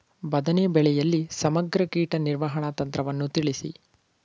ಬದನೆ ಬೆಳೆಯಲ್ಲಿ ಸಮಗ್ರ ಕೀಟ ನಿರ್ವಹಣಾ ತಂತ್ರವನ್ನು ತಿಳಿಸಿ?